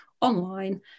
online